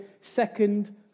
second